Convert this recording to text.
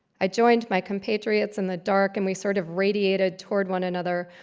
i joined my compatriots in the dark, and we sort of radiated toward one another,